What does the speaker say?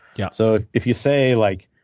yeah so if you say like